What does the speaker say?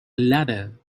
ladder